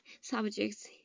subjects